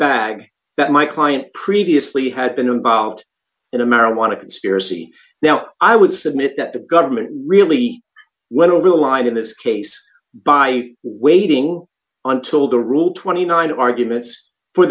bag that my client previously had been involved in a marijuana conspiracy now i would submit that the government really went over the line in this case by waiting until the rule twenty nine arguments for